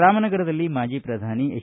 ರಾಮನಗರದಲ್ಲಿ ಮಾಜಿ ಪ್ರಧಾನಿ ಎಚ್